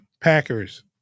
Packers